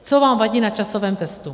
Co vám vadí na časovém testu?